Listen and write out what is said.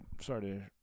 sorry